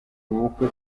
ubukwe